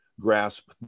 grasp